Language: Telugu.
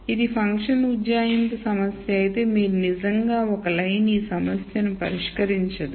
ఇది ఫంక్షన్ ఉజ్జాయింపు సమస్య అయితే మీరు నిజంగా ఒక లైన్ ఈ సమస్యను పరిష్కరించదు